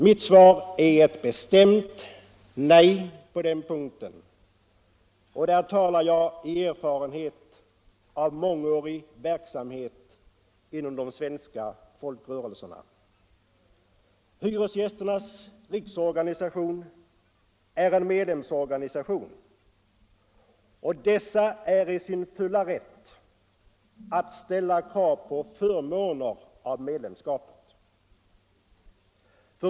Mitt svar är ett bestämt nej på den punkten, och där talar jag av erfarenhet från mångårig verksamhet inom de svenska folkrörelserna. Hyresgästernas riksorganisation är en medlemsorganisation, och medlemmarna är i sin fulla rätt att ställa krav på förmåner av medlemskapet.